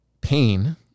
pain